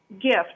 gift